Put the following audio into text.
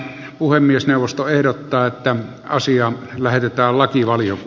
puhemiesneuvosto ehdottaa että asia lähetetään lakivalion